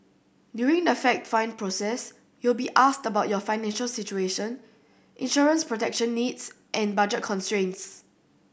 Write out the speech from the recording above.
during the fact find process you will be asked about your financial situation insurance protection needs and budget constraints